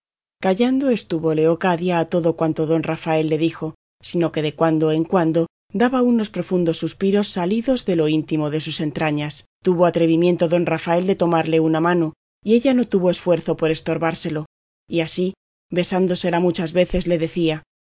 callando estuvo leocadia a todo cuanto don rafael le dijo sino que de cuando en cuando daba unos profundos suspiros salidos de lo íntimo de sus entrañas tuvo atrevimiento don rafael de tomarle una mano y ella no tuvo esfuerzo para estorbárselo y así besándosela muchas veces le decía